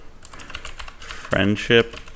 Friendship